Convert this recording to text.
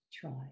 Try